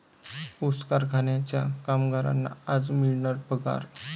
ऊस कारखान्याच्या कामगारांना आज मिळणार पगार